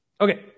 Okay